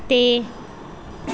ਅਤੇ